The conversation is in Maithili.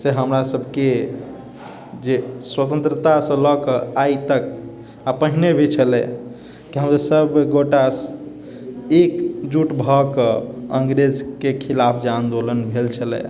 से हमरा सबके जे स्वतन्त्रतासँ लऽ कऽ आइ तक आओर पहिले भी छलै कि सबगोटा एकजुट भऽ क अङ्गरेजके खिलाफ जे आन्दोलन भेल छल